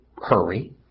Hurry